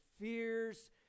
fears